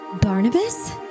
Barnabas